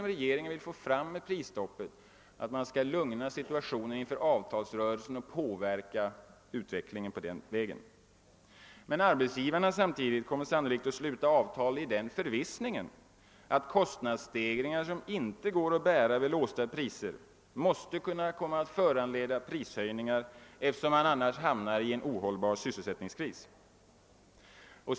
Regeringens syfte med prisstoppet är ju att lugna ner situationen inför avtalsrörelsen, varigenom denna utveckling skulle påverkas. Arbetsgivarna kommer emellertid sannolikt att sluta avtal i den förvissningen, att kostnadsstegringar som inte kan bäras vid låsta priser måste kunna komma att föranleda prishöjningar, eftersom vi annars hamnar i en ohållbar sysselsättningskris.